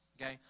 okay